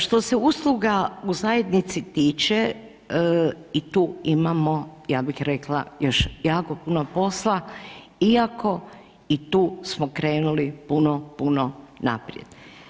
Što se usluga u zajednici tiče i tu imamo, ja bih rekla još jako puno posla iako i tu smo krenuli puno, puno naprijed.